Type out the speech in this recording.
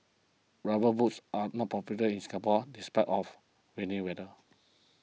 rubber boots are not popular in Singapore despite of rainy weather